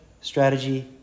strategy